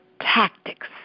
tactics